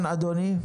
כן, אדוני.